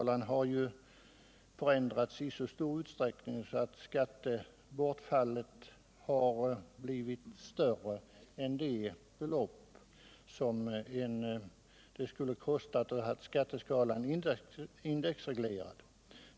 Den har förändrats i så stor utsträckning att skattebortfallet har blivit större än det belopp som det skulle ha kostat att ha skatteskalan indexreglerad.